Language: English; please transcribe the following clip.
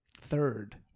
third